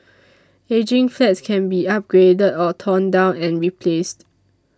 ageing flats can be upgraded or torn down and replaced